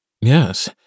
Yes